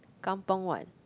kampung what